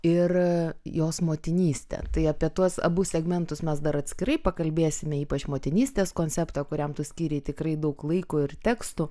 ir jos motinystę tai apie tuos abu segmentus mes dar atskirai pakalbėsime ypač motinystės konceptą kuriam tu skyrei tikrai daug laiko ir tekstų